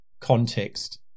context